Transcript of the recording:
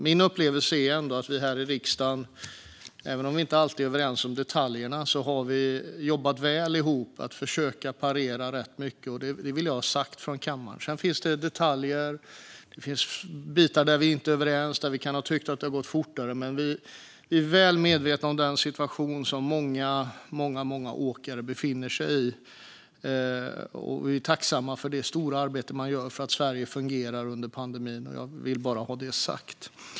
Min upplevelse är ändå att vi här i riksdagen, även om vi inte alltid är överens om detaljerna, har jobbat väl ihop med att försöka parera rätt mycket. Det vill jag ha sagt från kammaren. Sedan finns det detaljer och bitar där vi inte är överens och kan ha tyckt att det kunde ha gått fortare. Men vi är väl medvetna om den situation som många åkare befinner sig i. Vi är tacksamma för det stora arbete man gör för att Sverige fungerar under pandemin. Jag vill bara ha det sagt.